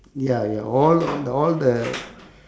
ya ya all all the